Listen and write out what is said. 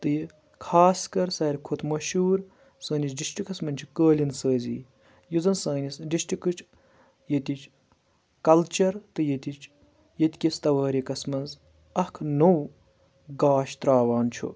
تہٕ یہِ خاص کر ساروی کھۄتہٕ مشہوٗر سٲنِس ڈِسٹرکَس منٛز چھِ قٲلیٖن سٲزی یُس زَن سٲنِس ڈِسٹرکٕچ ییٚتِچ کَلچَر تہٕ ییٚتِچ ییٚتہِ کِس تَوٲریٖخَس منٛز اکھ نوٚو گاش ترٛاوان چھُ